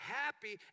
happy